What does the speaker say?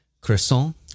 Croissant